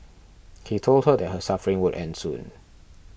he told her that her suffering would end soon